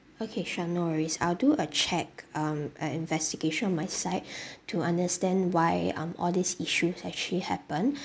okay sure no worries I'll do a check um an investigation on my side to understand why um all these issues actually happened